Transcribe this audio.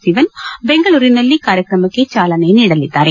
ಸಿವನ್ ಬೆಂಗಳೂರಿನಲ್ಲಿ ಕಾರ್ಯಕ್ರಮಕ್ಕೆ ಚಾಲನೆ ನೀಡಲಿದ್ದಾರೆ